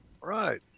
Right